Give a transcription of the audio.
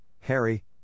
Harry